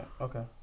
okay